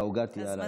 והעוגה תהיה עליי.